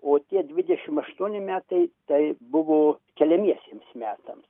o tie dvidešim aštuoni metai tai buvo keliamiesiems metams